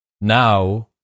now